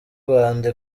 rwanda